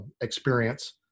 experience